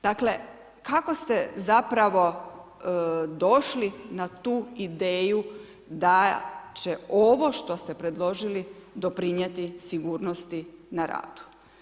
Dakle, kako ste zapravo došli na tu ideju da će ovo što ste predložili doprinijeti sigurnosti na radu?